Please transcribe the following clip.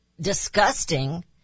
disgusting